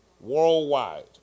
worldwide